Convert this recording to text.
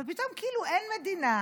אבל פתאום כאילו אין מדינה,